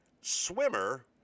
Swimmer